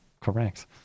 correct